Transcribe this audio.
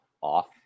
off